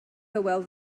hywel